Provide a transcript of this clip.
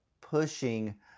pushing